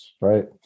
right